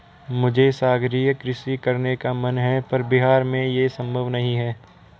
मुझे सागरीय कृषि करने का मन है पर बिहार में ये संभव नहीं है